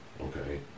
okay